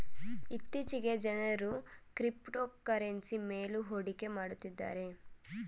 ಇತ್ತೀಚೆಗೆ ಜನರು ಕ್ರಿಪ್ತೋಕರೆನ್ಸಿ ಮೇಲು ಹೂಡಿಕೆ ಮಾಡುತ್ತಿದ್ದಾರೆ